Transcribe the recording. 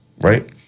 right